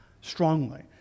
strongly